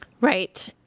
Right